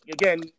Again